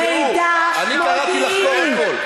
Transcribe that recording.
מידע מודיעיני, אני קראתי לחקור הכול.